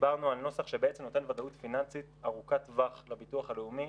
דיברנו על נוסח שבעצם נותן ודאות פיננסית ארוכת טווח לביטוח הלאומי.